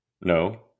No